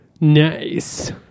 Nice